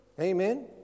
Amen